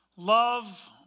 love